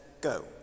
Go